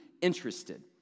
interested